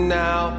now